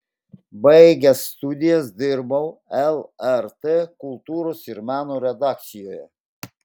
baigęs studijas dirbau lrt kultūros ir meno redakcijoje